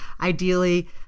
ideally